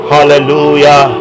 Hallelujah